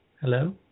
Hello